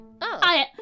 Oh